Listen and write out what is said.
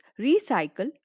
recycle